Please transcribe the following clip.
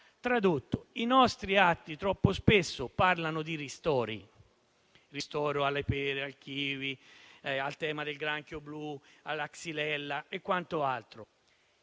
pratica, i nostri atti troppo spesso parlano di ristori - ristoro alle pere, ai kiwi, per il problema del granchio blu o della xylella e quant'altro